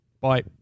Bye